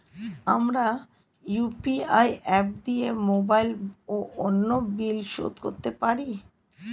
আমরা UPI app দিয়ে mobile ও অন্যান্য বিল শোধ করতে পারি